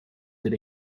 did